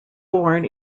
born